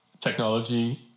technology